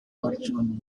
virtual